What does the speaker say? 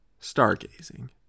Stargazing